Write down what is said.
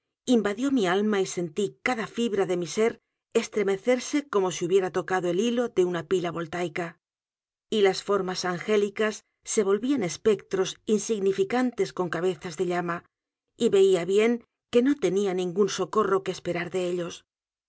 invadió mi alma y sentí cada fibra de mi ser estremecerse como si hubiera tocado el hilo de una pila voltaica y las formas angélicas se volvían espectros insignificantes con cabezas de llama y veía bien que no tenía ningún socorro que esperar de ellos